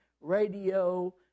radio